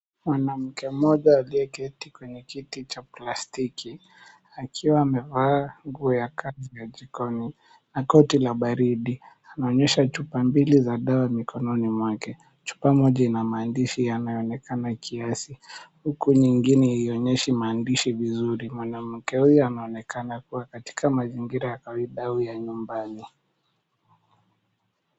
Mwanamke mmoja aliyeketi kwenye kiti cha plastiki akiwa amevaa nguo ya kazi ya jikoni na koti la baridi. Anaonyesha chupa mbili za dawa mikononi mwake. Chupa moja ina maandishi yanayoonekana kiasi, huku nyingine haionyeshi maandishi vizuri. Mwanamke huyu anaonekana kuwa katika mazingira ya kawaida au ya nyumbani.